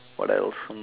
what else some